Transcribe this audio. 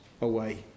away